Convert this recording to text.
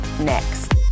next